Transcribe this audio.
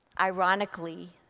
Ironically